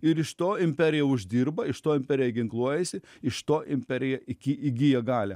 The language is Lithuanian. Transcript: ir iš to imperija uždirba iš to imperija ginkluojasi iš to imperija iki įgija galią